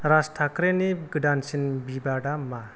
राज टाख्रेनि गोदानसिन बिबादा मा